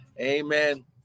amen